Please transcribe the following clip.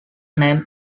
named